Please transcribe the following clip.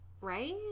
Right